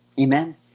Amen